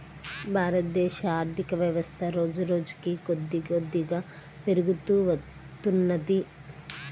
భారతదేశ ఆర్ధికవ్యవస్థ రోజురోజుకీ కొద్దికొద్దిగా పెరుగుతూ వత్తున్నది